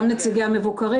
גם נציגי המבוקרים.